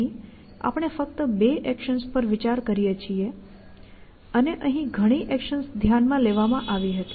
અહીં આપણે ફક્ત 2 એક્શન્સ પર વિચાર કરીએ છીએ અને અહીં ઘણી એક્શન્સ ધ્યાનમાં લેવામાં આવી હતા